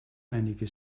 einige